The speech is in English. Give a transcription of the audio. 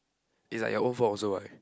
is like your own fault also right